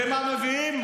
ומה מביאים?